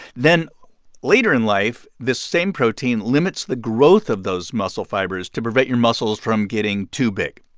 then later in life, the same protein limits the growth of those muscle fibers to prevent your muscles from getting too big.